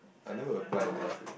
I never apply enough yet